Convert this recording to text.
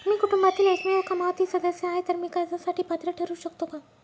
मी कुटुंबातील एकमेव कमावती सदस्य आहे, तर मी कर्जासाठी पात्र ठरु शकतो का?